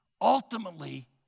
ultimately